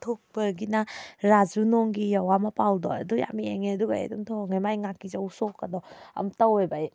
ꯊꯣꯡꯕꯒꯤꯅ ꯔꯥꯖꯨ ꯅꯣꯡꯒꯤ ꯌꯥꯋꯥ ꯃꯄꯥꯎꯗꯣ ꯑꯗꯨ ꯌꯥꯝ ꯌꯦꯡꯉꯦ ꯑꯗꯨꯒ ꯑꯩ ꯑꯗꯨꯝ ꯊꯣꯡꯉꯦ ꯃꯥꯏ ꯉꯥꯀꯤꯖꯧ ꯁꯣꯛꯀꯗꯣ ꯑꯗꯨꯝ ꯇꯧꯋꯦꯕ ꯑꯩ